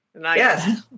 Yes